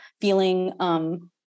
feeling